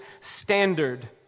standard